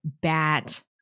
bat